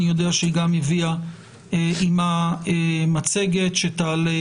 אני יודע שהיא גם הביאה עמה מצגת שתעלה